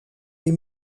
des